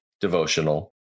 devotional